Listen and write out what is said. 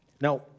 Now